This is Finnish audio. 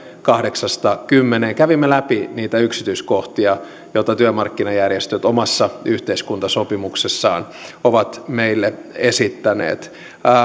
kahdeksasta kymmeneen kävimme läpi niitä yksityiskohtia joita työmarkkinajärjestöt omassa yhteiskuntasopimuksessaan ovat meille esittäneet